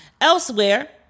Elsewhere